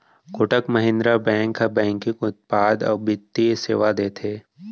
Kotak Mahindra bank ह banking उत्पाद अउ बित्तीय सेवा देथे